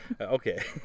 okay